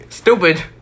Stupid